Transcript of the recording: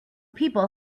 people